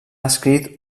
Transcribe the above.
escrit